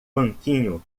banquinho